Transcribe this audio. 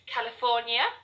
California